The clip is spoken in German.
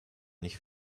nicht